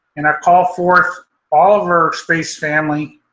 and i call forth all of our space family,